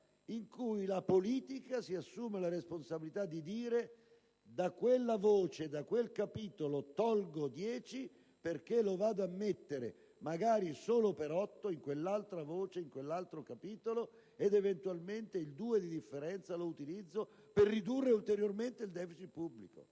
in cui la politica si assume la responsabilità di dire: da quella voce, da quel capitolo, tolgo dieci perché vado a metterlo, magari solo per otto, in quell'altro capitolo, ed eventualmente il due di differenza lo utilizzo per ridurre ulteriormente il *deficit* pubblico.